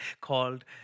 called